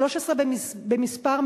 13 במספר,